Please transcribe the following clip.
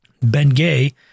Bengay